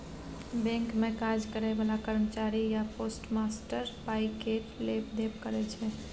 bank मे काज करय बला कर्मचारी या पोस्टमास्टर पाइ केर लेब देब करय छै